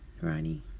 Ronnie